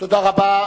תודה רבה.